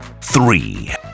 Three